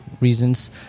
reasons